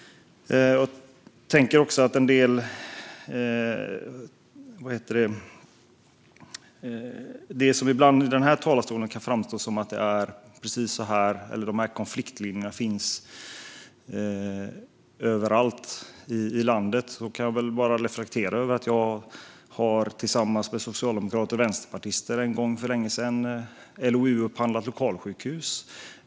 Det kan ibland från den här talarstolen framstå som att de här konfliktlinjerna finns överallt i landet. Jag kan bara reflektera över att jag en gång för länge sedan tillsammans med socialdemokrater och vänsterpartister LOU-upphandlat lokalsjukhus.